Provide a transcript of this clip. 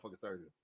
surgery